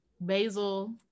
Basil